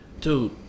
dude